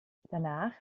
danach